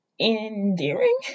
endearing